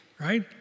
right